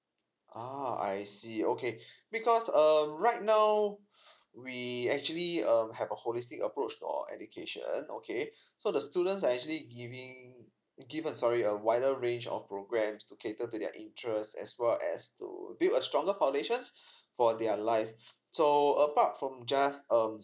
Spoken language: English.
ha I see okay because um right now we actually um have a holistic approach or education okay so the students are actually giving given sorry a wider range of programs to cater to their interest as well as to be a stronger for their live so apart from just um